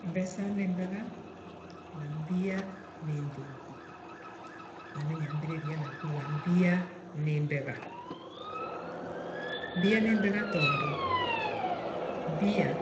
Mbeca nimbega na mbia ni njuku. Na ninyambiriria na kuuga mbia ni mbega. Mbia ni mbega tondu mbia